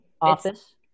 office